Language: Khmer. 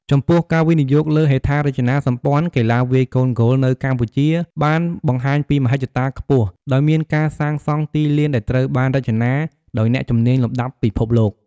ចំពោះ ការវិនិយោគលើហេដ្ឋារចនាសម្ព័ន្ធកីឡាវាយកូនហ្គោលនៅកម្ពុជាបានបង្ហាញពីមហិច្ឆតាខ្ពស់ ដោយមានការសាងសង់ទីលានដែលត្រូវបានរចនាដោយអ្នកជំនាញលំដាប់ពិភពលោក